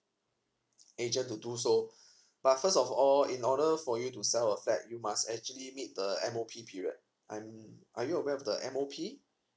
agent to do so but first of all in order for you to sell a flat you must actually meet the M O P period um are you aware of the M O P